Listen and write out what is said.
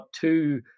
two